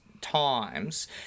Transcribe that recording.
times